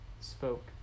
spoke